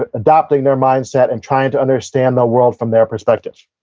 but adopting their mindset and trying to understand the world from their perspective.